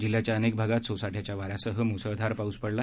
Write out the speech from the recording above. जिल्ह्याच्या अनेक भागात सोसाट्याच्या वाऱ्यासह मुसळधार पाऊस पडला